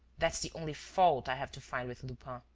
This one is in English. that's the only fault i have to find with lupin.